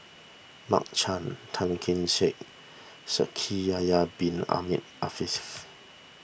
Mark Chan Tan Kee Sek Shaikh Yahya Bin Ahmed Afifi